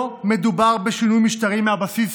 לא מדובר בשינוי משטרי מהבסיס,